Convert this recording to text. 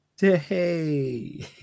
hey